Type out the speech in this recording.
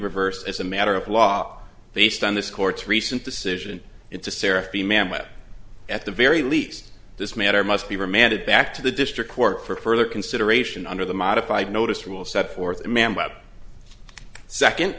reversed as a matter of law based on this court's recent decision it's a sarah fee ma'am with at the very least this matter must be remanded back to the district court for further consideration under the modified notice rule set forth